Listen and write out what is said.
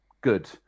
good